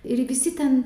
ir visi ten